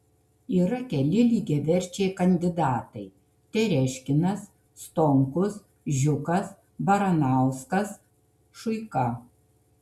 yra keli lygiaverčiai kandidatai tereškinas stonkus žiukas baranauskas šuika